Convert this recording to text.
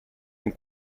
con